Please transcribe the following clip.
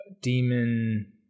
Demon